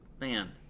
Man